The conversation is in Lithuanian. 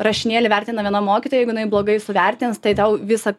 rašinėlį vertina viena mokytoja jeigu jinai blogai suvertins tai tau visą